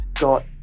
got